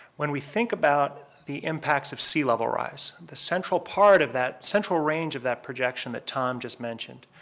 when we think about the impacts of sea level rise, the central part of that, central range of that projection that tom just mentioned,